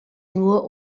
nur